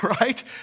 right